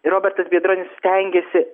robertas biedronis stengiasi